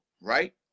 right